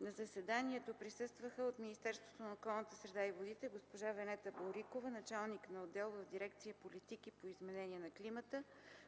На заседанието присъстваха: от Министерството на околната среда и водите – госпожа Венета Борикова – началник на отдел в дирекция „Политики по изменение на климата”,